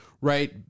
Right